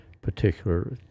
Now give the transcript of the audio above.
particular